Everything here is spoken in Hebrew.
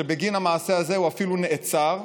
ובגין המעשה הזה הוא אפילו נעצר.